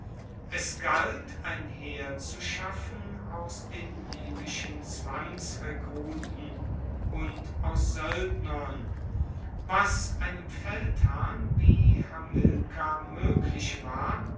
es galt ein heer zu schaffen aus den libyschen zwangsrekruten und aus soeldnern was einem feldherrn wie hamilkar moeglich war